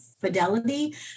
fidelity